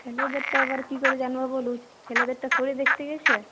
ছেলেদেরটা এবার কি করে জানবো বলো ছেলেদেরটা থোড়ি দেখতে গেছে